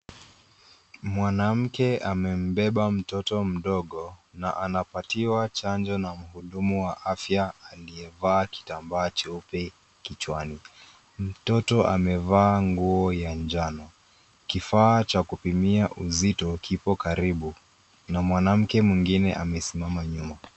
Mwanamke amembeba mtoto mdogo na anapatiwa chanjo na mhudumu wa afya aiyevaa kitambaa cheupe kichwani. Mtoto amevaa nguo ya njano. Kifaa cha kupimia uzito kipo karibu na mwanamke mwingine amesimama nyuma.